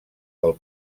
del